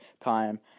time